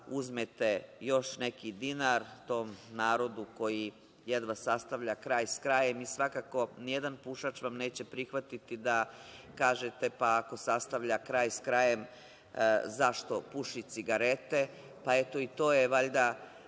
uzmete još neki dinar tom narodu koji jedva sastavlja kraj sa krajem. Svakako nijedan pušač neće prihvatiti ako kažete, pa ako sastavlja kraj sa krajem, zašto puši cigarete. Eto, to je valjda